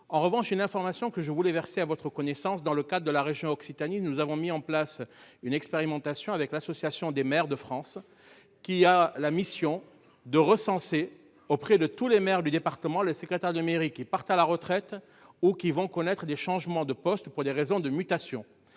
En revanche, une information que je voulais verser à votre connaissance dans le cadre de la région Occitanie. Nous avons mis en place une expérimentation avec l'Association des maires de France qui a la mission de recenser auprès de tous les maires du département, la secrétaire de mairie qui partent à la retraite ou qui vont connaître des changements de postes pour des raisons de mutation,